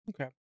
okay